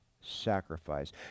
sacrifice